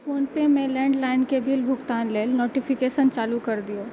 phone पेमे लैण्डलाइनके bill भुगतान लेल नोटिफिकेशन चालू कऽ दिऔ